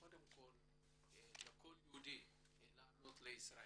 לכל יהודי לעלות לישראל,